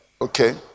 Okay